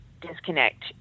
disconnect